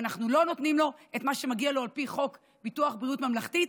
ואנחנו לא נותנים לו את מה שמגיע לו על פי חוק ביטוח בריאות ממלכתי,